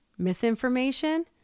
misinformation